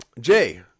Jay